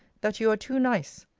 that you are too nice.